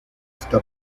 está